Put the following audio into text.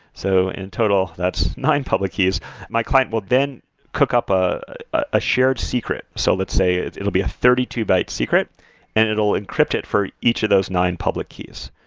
so in total that's nine public keys my client will then cook up a shared secret. so let's say it it will be a thirty two byte secret and it will encrypt it for each of those nine public keys.